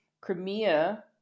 Crimea